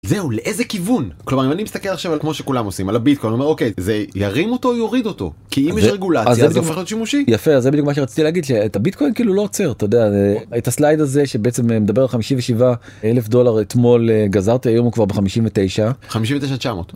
זהו, לאיזה כיוון? כלומר, אם אני מסתכל עכשיו על, כמו שכולם עושים, על הביטקוין, אומר אוקיי, זה ירים אותו יוריד אותו? כי אם יש רגולציה זה הופך להיות שימושי. -יפה, אז זה בדיוק מה שרציתי להגיד, שאת הביטקוין כאילו לא עוצר, אתה יודע, את הסלייד הזה שבעצם מדבר על 57 אלף דולר אתמול גזרתי, היום כבר ב-59. -59.900